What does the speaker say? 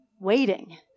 Waiting